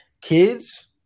kids